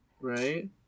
Right